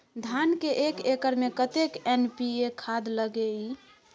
धान के एक एकर में कतेक एन.पी.ए खाद लगे इ?